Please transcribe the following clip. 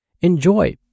Enjoy